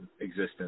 existence